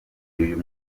y’uyu